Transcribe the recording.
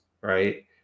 right